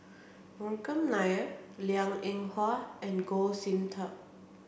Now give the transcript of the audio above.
Vikram Nair Liang Eng Hwa and Goh Sin Tub